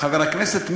חבר הכנסת מרגי,